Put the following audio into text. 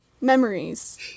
Memories